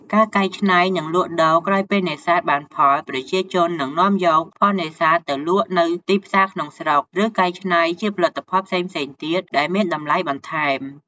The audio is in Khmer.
ការកែច្នៃ និងលក់ដូរ ក្រោយពេលនេសាទបានផល ប្រជាជននឹងនាំយកផលនេសាទទៅលក់នៅ ទីផ្សារក្នុងស្រុក ឬកែច្នៃជាផលិតផលផ្សេងៗទៀតដែលមានតម្លៃបន្ថែម។